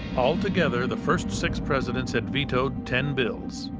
altogether, the first six presidents had vetoed ten bills.